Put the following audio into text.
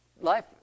life